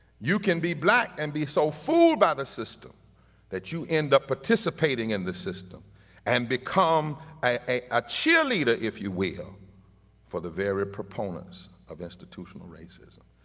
you can be black and be so fooled by the system that you end up participating in the system and become a ah cheerleader if you will for the very proponents of institutional racism.